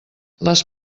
les